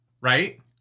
Right